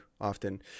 often